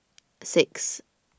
six